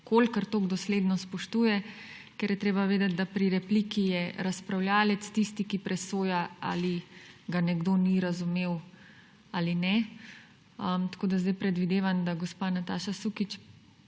kolikor toliko dosledno spoštuje, ker je treba vedeti, da pri repliki je razpravljavec tisti, ki presoja, ali ga nekdo ni razumel ali ne. Sedaj predvidevam, da gospa Nataša Sukič